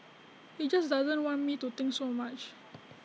he just doesn't want me to think so much